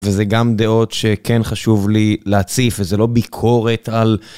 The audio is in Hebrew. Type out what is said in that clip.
וזה גם דעות שכן חשוב לי להציף, וזו לא ביקורת על...